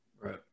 Right